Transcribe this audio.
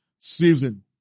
season